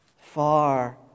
far